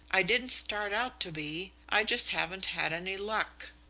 i didn't start out to be. i just haven't had any luck.